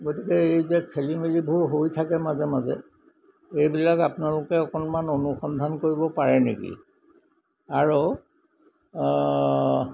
গতিকে এই যে খেলি মেলিবোৰ হৈ থাকে মাজে মাজে এইবিলাক আপোনালোকে অকণমান অনুসন্ধান কৰিব পাৰে নেকি আৰু